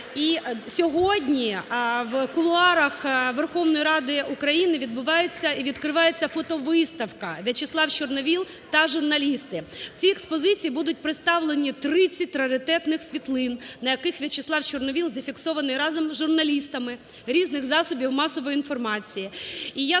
сьогодні в кулуарах Верховної Ради України відбувається, відкривається фотовиставка "В'ячеслав Чорновіл та журналісти". В цій експозиції будуть представлені 30 раритетних світлин, на яких В'ячеслав Чорновіл зафіксований разом з журналістами різних засобів масової інформації.